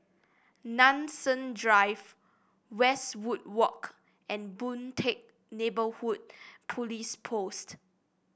Nanson Drive Westwood Walk and Boon Teck Neighbourhood Police Post